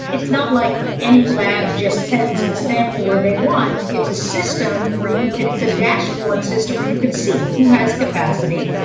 yeah it's not like any lab just sends the sample where they want. it's a system where you could see the dashboard system where you can see who has capacity.